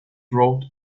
wrote